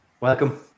welcome